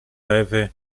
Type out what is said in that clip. ewy